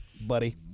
buddy